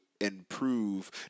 improve